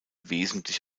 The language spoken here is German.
wesentlich